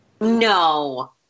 no